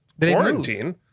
quarantine